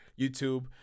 youtube